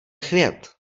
chvět